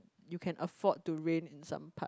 you can afford to rain in some part